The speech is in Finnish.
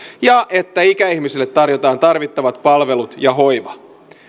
ja että ikäihmisille tarjotaan tarvittavat palvelut ja hoiva